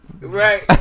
Right